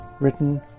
written